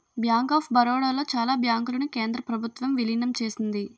bank of Baroda లో చాలా బ్యాంకులను కేంద్ర ప్రభుత్వం విలీనం చేసింది